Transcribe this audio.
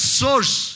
source